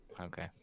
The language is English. Okay